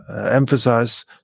emphasize